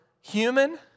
human